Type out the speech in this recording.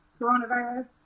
coronavirus